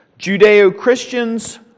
Judeo-Christians